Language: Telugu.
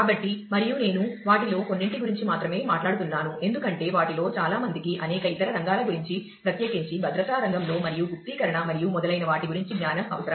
కాబట్టి మరియు నేను వాటిలో కొన్నింటి గురించి మాత్రమే మాట్లాడుతున్నాను ఎందుకంటే వాటిలో చాలా మందికి అనేక ఇతర రంగాల గురించి ప్రత్యేకించి భద్రతా రంగంలో మరియు గుప్తీకరణ మరియు మొదలైన వాటి గురించి జ్ఞానం అవసరం